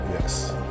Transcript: Yes